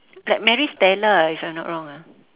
like maris stella ah if I'm not wrong ah